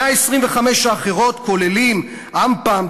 125 האחרים כוללים את AM:PM,